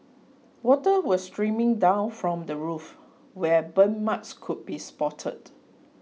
water was streaming down from the roof where burn marks could be spotted